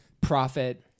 profit